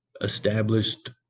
established